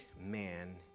man